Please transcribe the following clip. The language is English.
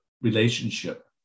relationship